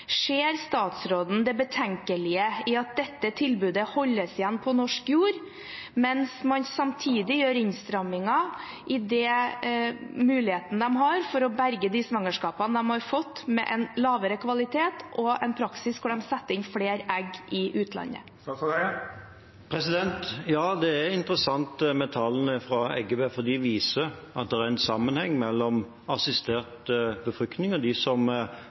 Ser statsråden det betenkelige i at dette tilbudet holdes igjen på norsk jord, mens man samtidig gjør innstramminger i den muligheten de har for å berge de svangerskapene de har fått, med en lavere kvalitet og en praksis hvor man setter inn flere egg, i utlandet? Ja, det er interessant med tallene fra Eggebø, for de viser at det er en sammenheng mellom assistert befruktning og de som